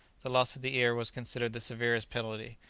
the loss of the ear was considered the severest penalty,